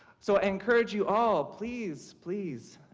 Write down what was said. so encourage you all, please, please